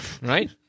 Right